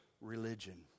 religion